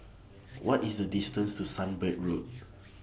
What IS The distance to Sunbird Road